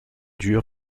durs